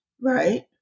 right